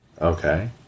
Okay